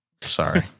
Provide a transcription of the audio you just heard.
Sorry